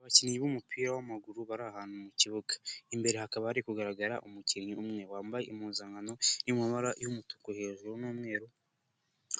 Abakinnyi b'umupira w'amaguru bari ahantu mu kibuga, imbere hakaba hari kugaragara umukinnyi umwe wambaye impuzankano y'amabara y'umutuku hejuru n'umweru